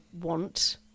want